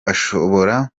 ashobora